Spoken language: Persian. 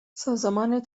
سازمان